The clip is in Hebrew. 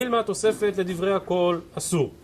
מה תוספת לדברי הכל: אסור.